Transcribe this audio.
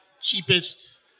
cheapest